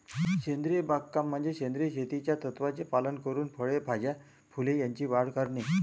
सेंद्रिय बागकाम म्हणजे सेंद्रिय शेतीच्या तत्त्वांचे पालन करून फळे, भाज्या, फुले यांची वाढ करणे